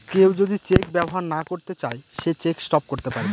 কেউ যদি চেক ব্যবহার না করতে চাই সে চেক স্টপ করতে পারবে